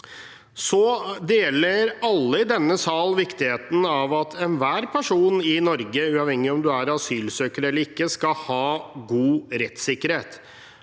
i denne salen deler synet på viktigheten av at enhver person i Norge, uavhengig av om en er asylsøker eller ikke, skal ha god rettssikkerhet.